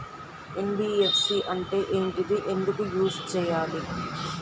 NBFC అంటే ఏంటిది ఎందుకు యూజ్ చేయాలి?